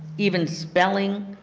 even spelling,